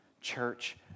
church